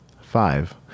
Five